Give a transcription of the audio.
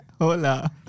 Hola